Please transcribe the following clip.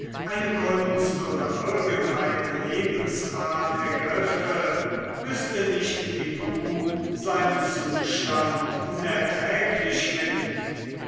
eine kunst oder irgendeine lebensart ergriffe müßte nicht wie du seinen zustand unerträglich finden